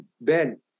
ben